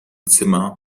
zimmer